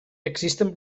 existen